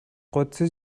قدسی